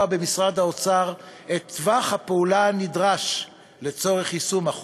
במשרד האוצר את טווח הפעולה הנדרש לצורך יישום החוק.